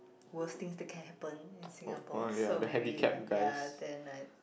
worst things that can happen in Singapore so maybe like ya then I